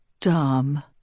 dumb